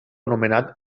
anomenat